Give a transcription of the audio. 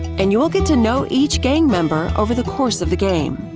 and you will get to know each gang member over the course of the game.